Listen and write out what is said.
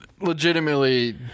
legitimately